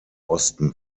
osten